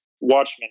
Watchmen